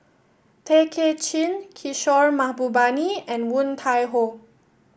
Tay Kay Chin Kishore Mahbubani and Woon Tai Ho